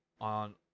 on